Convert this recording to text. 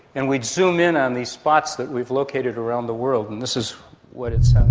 and we'd zoom in on these spots that we've located around the world, and this is what it